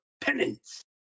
penance